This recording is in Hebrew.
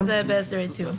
מתוך כל זה מה בהסדרי טיעון.